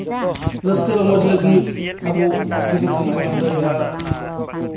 ᱨᱟᱹᱥᱠᱟᱹ ᱨᱚᱢᱚᱡᱽ ᱞᱟᱹᱜᱤᱫ ᱟᱵᱚ ᱥᱤᱨᱤᱧ ᱵᱚᱱ ᱟᱸᱡᱚᱢ ᱫᱟᱲᱮᱭᱟᱜᱼᱟ